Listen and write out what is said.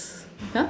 !huh!